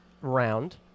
round